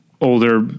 older